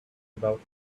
about